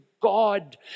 God